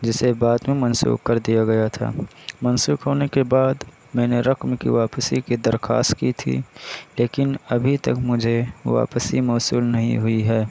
جسے بعد میں منسوخ کر دیا گیا تھا منسوخ ہونے کے بعد میں نے رقم کی واپسی کی درخواست کی تھی لیکن ابھی تک مجھے واپسی موصول نہیں ہوئی ہے